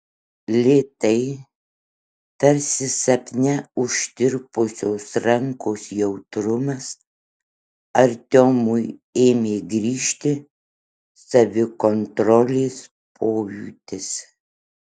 lėtai tarsi sapne užtirpusios rankos jautrumas artiomui ėmė grįžti savikontrolės pojūtis